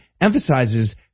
emphasizes